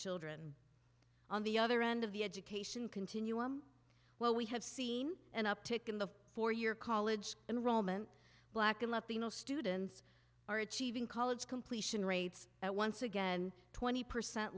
children on the other end of the education continuum well we have seen an uptick in the four year college enrollment black and latino students are achieving college completion rates at once again twenty percent